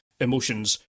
emotions